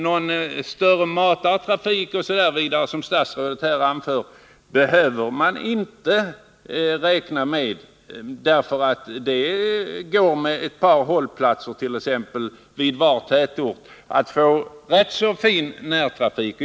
Man behöver alltså inte, som statsrådet anförde, räkna med någon större matartrafik. Det handlar om att anordna ett par hållplatser vid varje tätort för att man skall få en bra närtrafik.